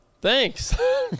Thanks